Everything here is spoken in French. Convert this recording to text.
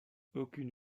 aucune